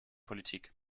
politik